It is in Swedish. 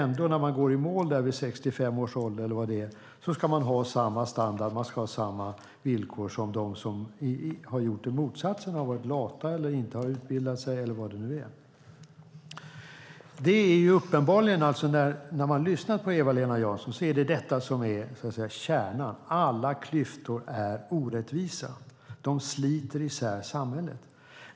När man vid 65 års ålder, eller vad det är, går i mål ska man ha samma standard och samma villkor som de som gjort motsatsen - som varit lata, som inte utbildat sig eller vad det nu kan röra sig om. När man lyssnar på Eva-Lena Jansson märker man att kärnan är att alla klyftor är orättvisa; de sliter isär samhället.